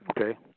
Okay